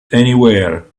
anywhere